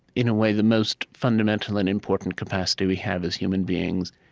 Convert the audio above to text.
in a way, the most fundamental and important capacity we have, as human beings,